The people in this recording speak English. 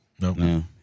no